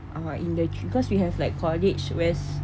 uh in the because we have like college west